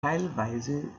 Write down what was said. teilweise